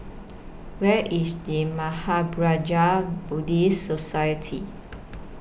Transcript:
Where IS The Mahaprajna Buddhist Society